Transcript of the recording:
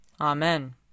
Amen